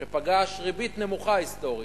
שפגש ריבית נמוכה, היסטורית,